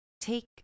Take